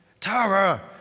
Tara